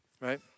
right